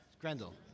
Grendel